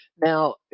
Now